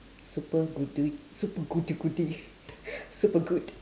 super goodoie super goody goody super good